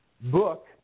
book